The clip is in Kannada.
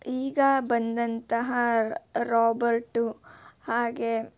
ಈಗ ಬಂದಂತಹ ರಾಬರ್ಟು ಹಾಗೆ